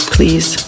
Please